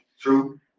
True